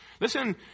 Listen